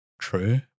True